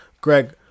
Greg